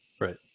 Right